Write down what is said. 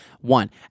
one